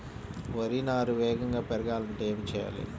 వరి నారు వేగంగా పెరగాలంటే ఏమి చెయ్యాలి?